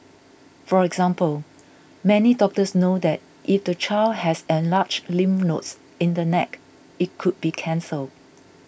for example many doctors know that if the child has enlarged lymph nodes in the neck it could be cancer